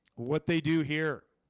what they do here